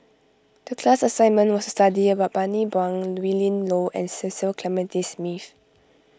the class assignment was to study about Bani Buang Willin Low and Cecil Clementi Smith